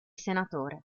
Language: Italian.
senatore